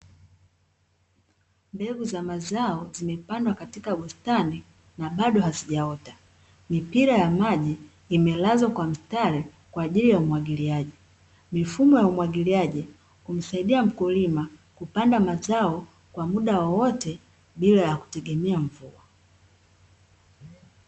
Mbegu za mazao zimepandwa katika bustani, na bado hazijaota. Mipira ya maji imelazwa kwa mstari kwa ajili ya umwagiliaji. Mifumo ya umwagiliaji, humsaidia mkulima kupanda mazao kwa muda wowote, bila ya kutegemea mvua.